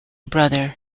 brother